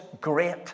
great